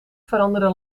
veranderde